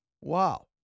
Wow